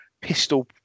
pistol